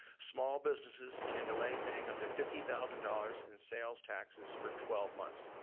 small businesses can delay paying up to fifty thousand dollars in sales taxes for twelve months.